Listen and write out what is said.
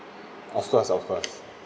of course of course